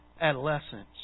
adolescence